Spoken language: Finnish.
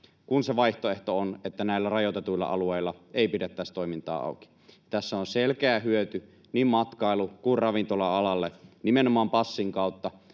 kun vaihtoehto on se, että näillä rajoitetuilla alueilla ei pidettäisi toimintaa auki. Tässä on selkeä hyöty niin matkailu‑ kuin ravintola-alalle nimenomaan passin kautta.